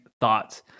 thoughts